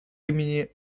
имени